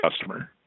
customer